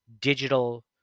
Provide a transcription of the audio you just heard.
digital